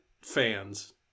fans